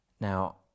Now